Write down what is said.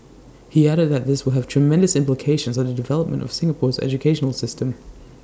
he added that this will have tremendous implications on the development of Singapore's educational system